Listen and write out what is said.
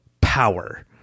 power